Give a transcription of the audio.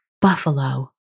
Buffalo